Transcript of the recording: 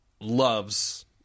loves